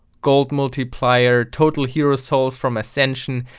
goldmultiplier, totalherosoulsfromascensions,